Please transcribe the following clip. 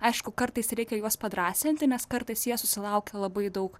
aišku kartais reikia juos padrąsinti nes kartais jie susilaukia labai daug